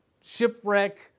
shipwreck